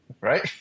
right